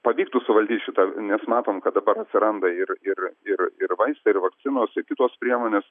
pavyktų suvaldyt šitą nes matom kad dabar atsiranda ir ir ir ir vaistai ir vakcinos ir kitos priemonės